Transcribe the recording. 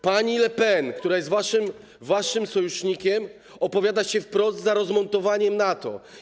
Pani Le Pen, która jest waszym sojusznikiem, opowiada się wprost za rozmontowaniem NATO.